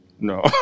no